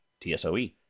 TSOE